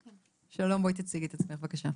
בבקשה.